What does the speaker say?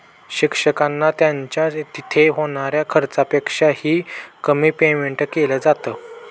शिक्षकांना त्यांच्या तिथे होणाऱ्या खर्चापेक्षा ही, कमी पेमेंट केलं जात